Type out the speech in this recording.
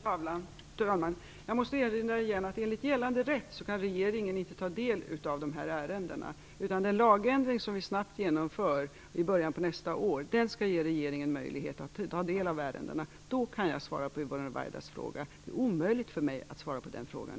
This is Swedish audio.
Fru talman! Jag måste återigen erinra om att regeringen enligt gällande rätt inte kan ta del av dessa ärenden. Den lagändring som vi snabbt genomför i början på nästa år skall ge regeringen möjlighet att ta del av ärendena. Då kan jag svara på Yvonne Ruwaidas fråga. Det är omöjligt för mig att i dag svara på den frågan.